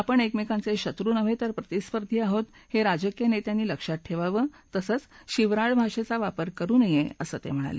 आपण एकमेकांचे शत्रू नव्हे तर प्रतिस्पर्धी आहोत हे राजकीय नेत्यांनी लक्षात ठेवावं तसंच शिवराळ भाषेचा वापर करू नये असं ते म्हणाले